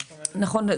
נכון,